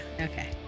okay